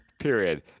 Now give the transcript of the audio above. period